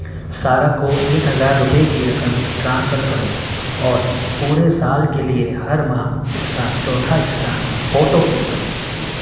سارہ کو ایک ہزار روپے کی رقم ٹرانسفر کرو اور پورے سال کے لیے ہر ماہ اس کا چوتھا حصہ آٹو پے کرو